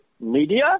media